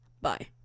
bye